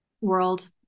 world